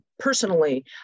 personally